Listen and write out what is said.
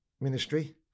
ministry